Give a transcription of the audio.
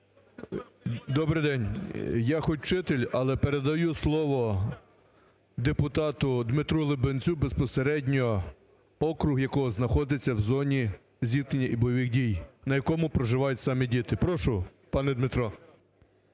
Добрий день! Я хоч вчитель, але передаю слово депутату Дмитру Лубінцю, безпосередньо округ якого знаходиться в зоні зіткнення і бойових дій, на якому проживають саме діти. Прошу, пане Дмитро.